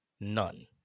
none